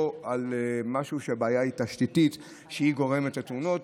ולא על בעיה תשתיתית שגורמת לתאונות.